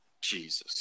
Jesus